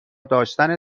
داشتن